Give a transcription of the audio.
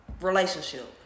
relationship